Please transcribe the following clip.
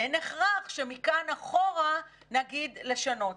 אין הכרח שמכאן אחורה נגיד לשנות.